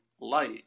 light